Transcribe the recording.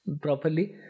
properly